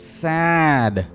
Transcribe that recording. sad